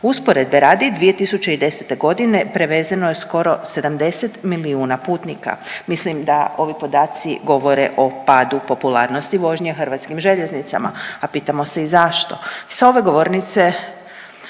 Usporedbe radi, 2010.g. prevezeno je skoro 70 milijuna putnika. Mislim da ovi podaci govore o padu popularnosti vožnje hrvatskim željeznicama, a pitamo se i zašto. Sa ove govornice